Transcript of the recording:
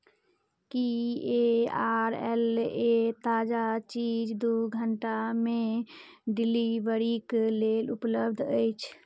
Ki A R L A ताजा चीज दू घण्टामे डिलीवरीक लेल उपलब्ध अछि